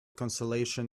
consolation